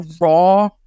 raw